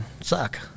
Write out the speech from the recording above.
suck